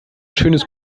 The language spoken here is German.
schönes